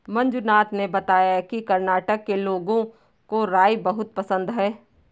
मंजुनाथ ने बताया कि कर्नाटक के लोगों को राई बहुत पसंद है